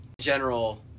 general